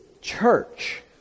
church